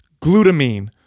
glutamine